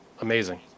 amazing